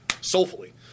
soulfully